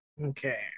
Okay